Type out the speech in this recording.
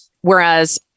whereas